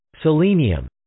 selenium